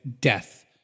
death